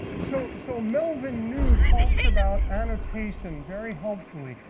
so so melvin new, talks about annotation very helpfully,